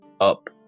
up